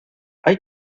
hay